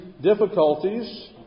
difficulties